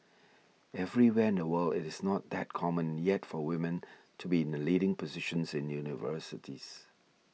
everywhere in the world it is not that common yet for women to be in the leading positions in universities